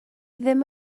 ddim